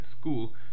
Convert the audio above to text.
school